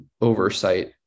oversight